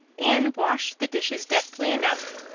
anne washed the dishes deftly enough,